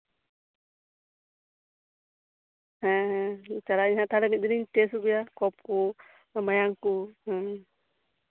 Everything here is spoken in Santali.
ᱦᱮᱸ ᱦᱮᱸ ᱢᱤᱫ ᱫᱤᱱᱤᱧ ᱴᱮᱥᱴ ᱟᱹᱜᱩᱭᱟ ᱛᱟᱦᱚᱞᱮ ᱠᱚᱯᱷ ᱠᱚ ᱢᱟᱭᱟᱝ ᱠᱚ